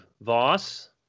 Voss